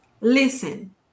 Listen